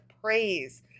praise